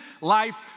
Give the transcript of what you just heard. life